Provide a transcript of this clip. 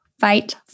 Fight